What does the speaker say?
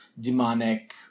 Demonic